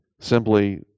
Simply